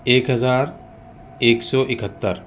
ایک ہزار ایک سو اکہتر